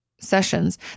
sessions